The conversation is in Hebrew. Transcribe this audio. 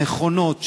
נכונות,